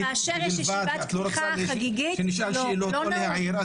את לא רוצה שנשאל שאלות או להעיר,